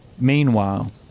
Meanwhile